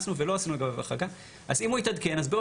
ויש יבואן או יצרן מקומי לצורך העניין שכבר